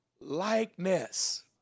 Likeness